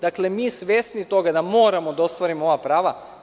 Dakle, mi smo svesni toga da moramo da ostvarimo ova prava.